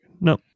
No